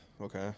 Okay